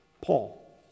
Paul